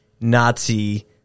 Nazi